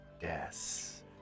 Yes